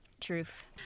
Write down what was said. Truth